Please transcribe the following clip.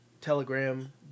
telegram